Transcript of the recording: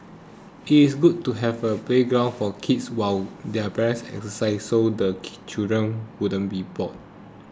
it is good to have a playground for kids while their parents exercise so the children won't be bored